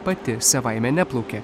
pati savaime neplaukia